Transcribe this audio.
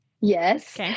yes